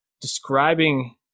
describing